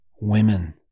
women